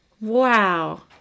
Wow